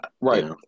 right